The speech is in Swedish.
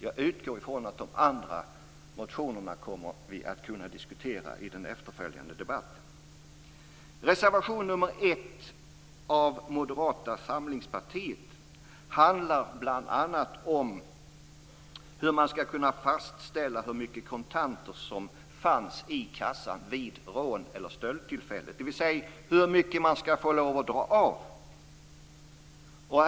Jag utgår från att vi kommer att kunna diskutera de andra reservationerna i den efterföljande debatten. Reservation nr 1 av Moderata samlingspartiet handlar bl.a. om hur man skall kunna fastställa hur mycket kontanter som fanns i kassan vid rån eller stöldtillfället, dvs. hur mycket man skall få lov att dra av.